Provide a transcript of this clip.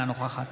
אינה נוכחת